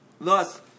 Thus